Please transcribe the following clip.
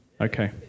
Okay